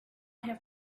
have